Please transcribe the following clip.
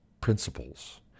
principles